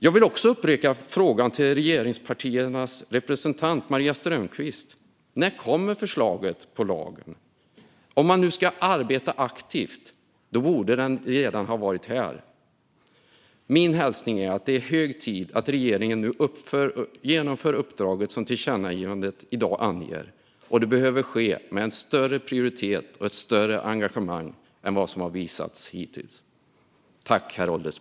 Jag vill också upprepa frågan till regeringspartiernas representant Maria Strömkvist: När kommer förslaget på lagen? Om man nu ska arbeta aktivt borde det redan ha varit här. Min hälsning är att det är hög tid att regeringen nu genomför det uppdrag som tillkännagivandet i dag anger. Det behöver ske med en större prioritet och ett större engagemang än vad som har visats hittills.